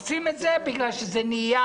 עושים את זה בגלל שזה נהיה